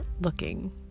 looking